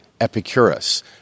Epicurus